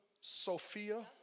Sophia